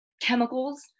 chemicals